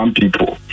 people